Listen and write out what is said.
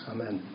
Amen